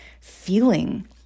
feeling